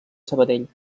sabadell